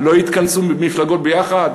לא יתכנסו מפלגות ביחד?